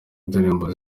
indirimbo